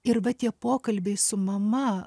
ir va tie pokalbiai su mama